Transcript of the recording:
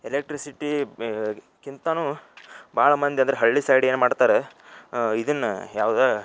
electricity ಗಿಂತಲೂ ಭಾಳ ಮಂದಿ ಅಂದ್ರೆ ಹಳ್ಳಿ ಸೈಡ್ ಏನ್ಮಾಡ್ತಾರೆ ಇದನ್ನು ಯಾವ್ದು